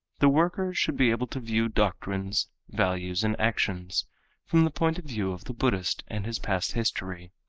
the worker should be able to view doctrines, values and actions from the point of view of the buddhist and his past history.